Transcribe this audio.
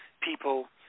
people